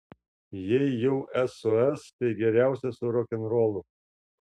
jei jau sos tai geriausia su rokenrolu